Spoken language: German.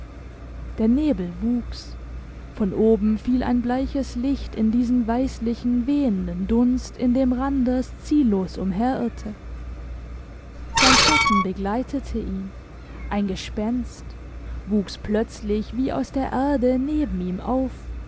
der nebel wuchs von oben fiel ein bleiches licht in diesen weisslichen wehenden dunst in dem randers ziellos umherirrte sein schatten begleitete ihn ein gespenst wuchs plötzlich wie aus der erde neben ihm auf